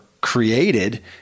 created